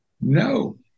No